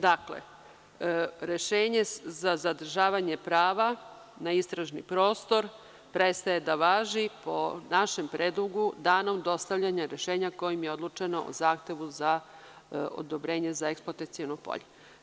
Dakle, rešenje za zadržavanje prava na istražni prostor prestaje da važi, po našem predlogu, danom dostavljanja rešenja kojim je odlučeno o zahtevu za odobrenje za eksploataciono polje.